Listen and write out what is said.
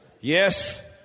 Yes